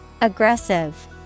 Aggressive